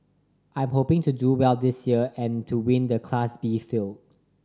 I'm hoping to do well this year and to win the Class B field